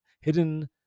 hidden